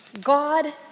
God